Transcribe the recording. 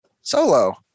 Solo